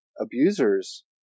Abusers